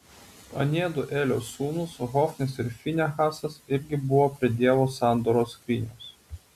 aniedu elio sūnūs hofnis ir finehasas irgi buvo prie dievo sandoros skrynios